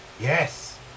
Yes